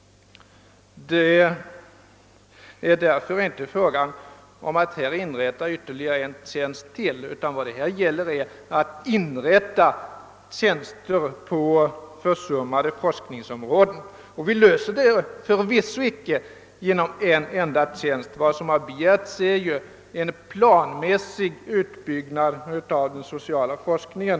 Det är därför inte fråga om att här inrätta en tjänst till. Vad det gäller är att inrätta nya tjänster på försummade forskningsområden. Vi löser förvisso icke problemet genom tillsättande av en enda tjänst. Vad som har begärts är ju en planmässig utbyggnad av den sociala forskningen.